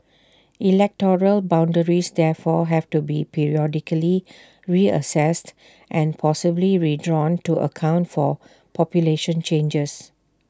electoral boundaries therefore have to be periodically reassessed and possibly redrawn to account for population changes